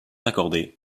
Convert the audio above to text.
accordé